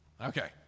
Okay